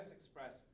Express